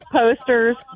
posters